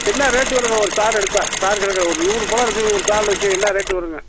என்ன ரேட்டு வருது ஒரு தார் எடுத்தால் தார் கணக்கில் ஒரு நூறு பழம் இருக்கும் ஒரு தாரில் வச்சு என்ன ரேட்டு வருங்க